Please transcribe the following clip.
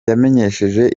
yamenyesheje